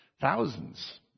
thousands